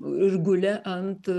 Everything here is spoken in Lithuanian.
ir gulė ant